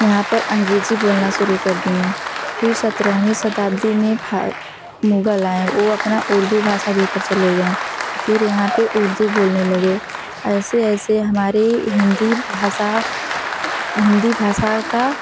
यहाँ पर अंग्रेज़ी बोलना शुरू कर दिए हैं फिर सत्रहवीं शताब्दी में भारत मुग़ल आए वो अपनी उर्दू भाषा देकर चले गए फिर यहाँ पे उर्दू बोलने लगे ऐसे ऐसे हमारी हिंदी भाषा हिंदी भाषा का